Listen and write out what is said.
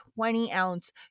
20-ounce